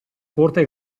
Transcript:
corte